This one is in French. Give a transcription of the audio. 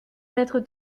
mettre